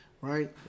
Right